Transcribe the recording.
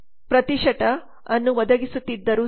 2 ಅನ್ನು ಒದಗಿಸುತ್ತಿದ್ದರೂ ಸಹ